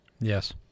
Yes